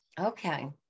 Okay